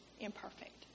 imperfect